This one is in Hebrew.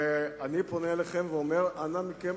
ואני פונה אליכם ואומר: אנא מכם,